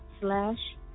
slash